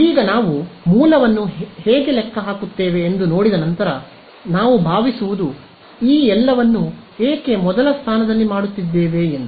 ಇದೀಗ ನಾವು ಮೂಲವನ್ನು ನಾವು ಹೇಗೆ ಲೆಕ್ಕ ಹಾಕುತ್ತೇವೆ ಎಂದು ನೋಡಿದ ನಂತರ ನಾವು ಭಾವಿಸುವುದು ಈ ಎಲ್ಲವನ್ನು ಏಕೆ ಮೊದಲ ಸ್ಥಾನದಲ್ಲಿ ಮಾಡುತ್ತಿದ್ದೇವ ಎಂದು